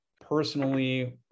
personally